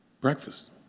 Breakfast